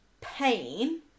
pain